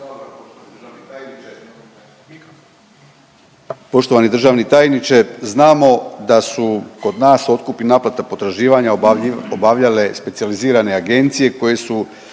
Poštovani državni tajniče znamo da su kod nas otkup i naplata potraživanja obavljale specijalizirane agencije koje su